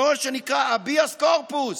נוהל שנקרא הביאס קורפוס,